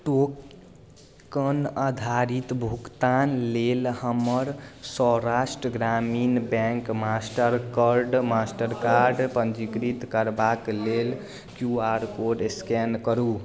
token आधारित भुगतान लेल हमर सौराष्ट्र ग्रामीण bank master card master card पञ्जीकृत करबाक लेल क्यू आर कोड स्कैन करू